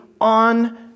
on